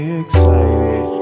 excited